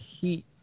heat